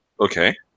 Okay